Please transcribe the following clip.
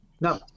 No